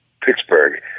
Pittsburgh